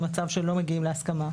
במצב בו לא מגיעים להסכמה.